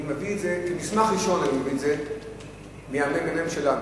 אני מביא את זה כמסמך ראשון מהממ"מ שלנו,